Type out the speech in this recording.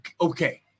Okay